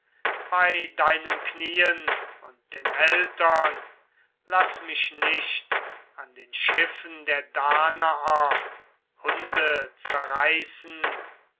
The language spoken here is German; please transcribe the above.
bei deinen knien und den eltern laß mich nicht an den schiffen der danaer hunde zerreißen